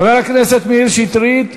חבר הכנסת מאיר שטרית,